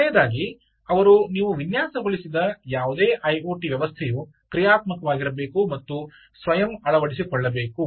ಮೊದಲನೆಯದಾಗಿ ಅವರು ನೀವು ವಿನ್ಯಾಸಗೊಳಿಸಿದ ಯಾವುದೇ ಐಒಟಿ ವ್ಯವಸ್ಥೆಯು ಕ್ರಿಯಾತ್ಮಕವಾಗಿರಬೇಕು ಮತ್ತು ಸ್ವಯಂ ಅಳವಡಿಸಿಕೊಳ್ಳಬೇಕು